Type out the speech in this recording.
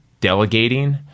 delegating